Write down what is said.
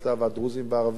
והדרוזים והערבים.